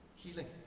healing